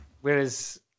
whereas